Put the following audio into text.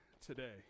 today